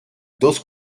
dos